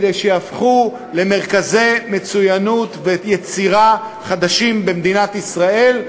כדי שיהפכו למרכזי מצוינות ויצירה חדשים במדינת ישראל,